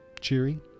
cheery